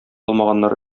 алмаганнар